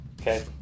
Okay